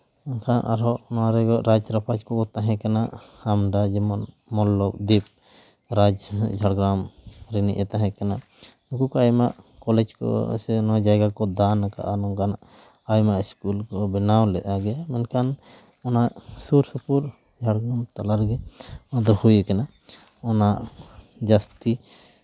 ᱢᱮᱱᱠᱷᱟᱱ ᱟᱨᱚ ᱱᱚᱣᱟ ᱨᱮ ᱨᱟᱡᱽ ᱨᱟᱯᱟᱡᱽ ᱠᱚᱠᱚ ᱛᱟᱦᱮᱸ ᱠᱟᱱᱟ ᱟᱱᱰᱟ ᱡᱮᱢᱚᱱ ᱢᱚᱞᱞᱚ ᱫᱤᱯ ᱡᱷᱟᱲᱜᱨᱟᱢ ᱨᱤᱱᱤᱡ ᱮ ᱛᱟᱦᱮᱸ ᱠᱟᱱᱟ ᱩᱱᱠᱩ ᱠᱚ ᱟᱭᱢᱟ ᱠᱚᱞᱮᱡᱽ ᱠᱚ ᱥᱮ ᱱᱚᱣᱟ ᱡᱟᱭᱜᱟ ᱠᱚ ᱫᱟᱱ ᱠᱟᱜᱼᱟ ᱱᱚᱝᱠᱟᱱᱟᱜ ᱟᱭᱢᱟ ᱤᱥᱠᱩᱞ ᱠᱚ ᱵᱮᱱᱟᱣ ᱞᱮᱜᱼᱟ ᱜᱮ ᱢᱮᱱᱠᱷᱟᱱ ᱚᱱᱟ ᱥᱩᱨ ᱥᱩᱯᱩᱨ ᱡᱷᱟᱲᱜᱨᱟᱢ ᱛᱟᱞᱟ ᱨᱮᱜᱮ ᱚᱸᱰᱮ ᱦᱩᱭ ᱠᱟᱱᱟ ᱚᱱᱟ ᱡᱟᱹᱥᱛᱤ